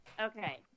Okay